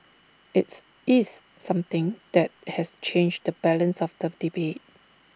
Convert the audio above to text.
IT is something that has changed the balance of the debate